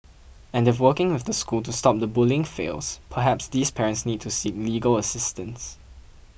and if working with the school to stop the bullying fails perhaps these parents need to seek legal assistance